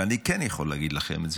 ואני כן יכול להגיד לכם,